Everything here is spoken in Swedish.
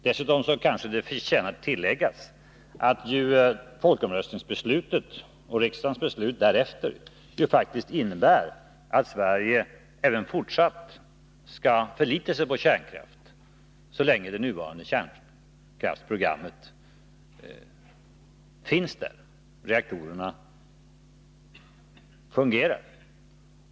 Dessutom kanske det finns skäl att tillägga att folkomröstningsresultatet och riksdagens beslut därefter ju faktiskt innebär att Sverige även fortsatt skall förlita sig på kärnkraft så länge de nuvarande reaktorerna fungerar.